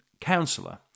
councillor